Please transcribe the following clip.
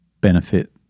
Benefit